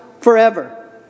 forever